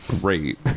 great